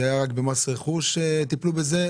רק במס רכוש טיפלו בזה?